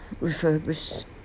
refurbished